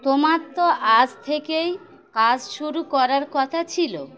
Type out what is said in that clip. তোমার তো আজ থেকেই কাজ শুরু করার কথা ছিল